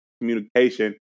communication